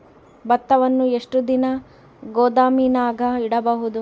ಭತ್ತವನ್ನು ಎಷ್ಟು ದಿನ ಗೋದಾಮಿನಾಗ ಇಡಬಹುದು?